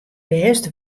bêst